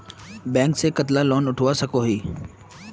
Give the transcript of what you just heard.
Bank से कतला loan उठवा सकोही?